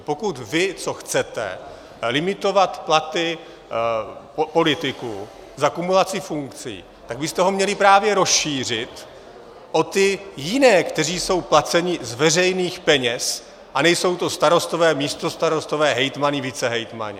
Pokud vy, co chcete limitovat platy politiků za kumulaci funkcí, tak byste ho měli právě rozšířit o ty jiné, kteří jsou placeni z veřejných peněz, a nejsou to starostové, místostarostové, hejtmani, vicehejtmani.